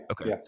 Okay